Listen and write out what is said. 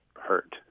hurt